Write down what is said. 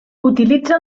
utilitza